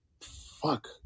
fuck